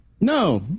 No